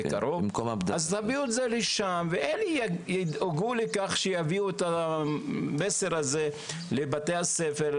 תביאו את זה אליהם והם ידאגו שהמסר הזה יעבור למנהלי ולבתי הספר.